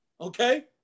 Okay